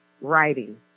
writing